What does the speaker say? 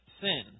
sin